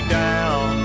down